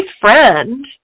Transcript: friend